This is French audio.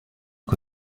que